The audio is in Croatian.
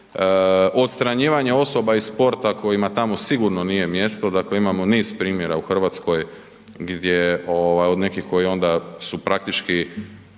odstranjivanje osoba iz sporta kojima tamo sigurno nije mjesto, dakle imamo niz primjera u RH gdje ovaj od nekih koji onda su praktički